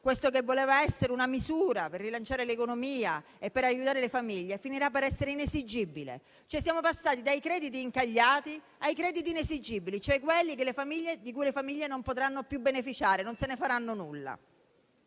che voleva essere una misura per rilanciare l'economia e per aiutare le famiglie, finirà per essere inesigibile. Siamo cioè passati dai crediti incagliati ai crediti inesigibili, di cui le famiglie non potranno più beneficiare, non se ne faranno nulla.